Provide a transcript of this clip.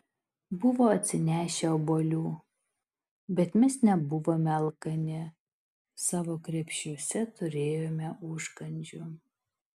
buvo atsinešę obuolių bet mes nebuvome alkani savo krepšiuose turėjome užkandžių